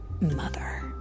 mother